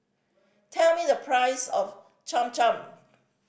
tell me the price of Cham Cham